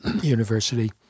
University